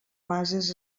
bases